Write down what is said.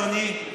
אדוני,